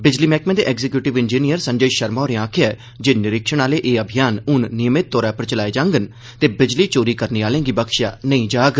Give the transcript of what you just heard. बिजली मैहकमे दे एग्जीक्यूटिव इंजीनियर संजय शर्मा होरें आखेआ ऐ जे निरीक्षण आहले एह अभियान ह्न नियमित तौर पर चलाए जाङन ते बिजली चोरी करने आहलें गी बख्शेया नेईं जाग